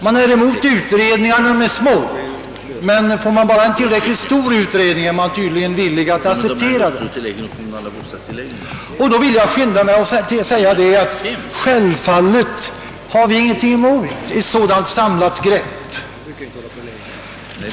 Man är emot utredningarna när de är små, men får man bara en tillräckligt stor utredning är man tydligen villig att acceptera den. Då vill jag skynda mig att säga att självfallet har vi ingenting emot ett sådant samlat grepp.